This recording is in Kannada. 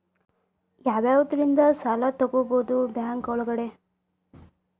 ಯಾವ್ಯಾವುದರಿಂದ ಸಾಲ ತಗೋಬಹುದು ಬ್ಯಾಂಕ್ ಒಳಗಡೆ?